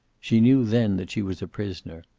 she knew then that she was a prisoner.